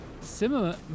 similar